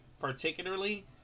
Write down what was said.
Particularly